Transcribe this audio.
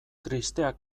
tristeak